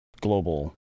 global